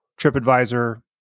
TripAdvisor